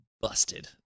busted